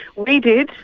we did,